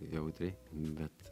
jautriai bet